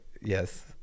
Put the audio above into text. yes